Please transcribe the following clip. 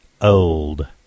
old